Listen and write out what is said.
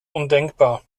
undenkbar